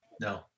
No